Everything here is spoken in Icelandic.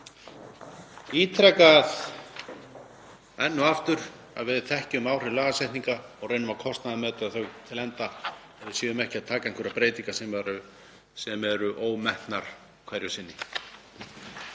ítreka enn og aftur að við þekkjum áhrif lagasetningar og reynum að kostnaðarmeta þau til enda og við séum ekki að taka inn einhverjar breytingar sem eru ómetnar hverju sinni.